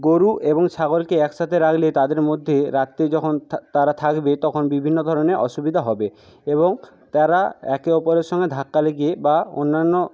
গরু এবং ছাগলকে একসাথে রাখলে তাদের মধ্যে রাত্রে যখন তারা থাকবে তখন বিভিন্ন ধরনের অসুবিধা হবে এবং তারা একে অপরের সঙ্গে ধাক্কা লেগে বা অন্যান্য